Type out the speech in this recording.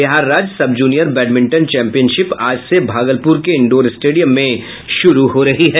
बिहार राज्य sub junior badminton championship आज से भागलपुर के इंडोर स्टेडियम में शुरू हो रही है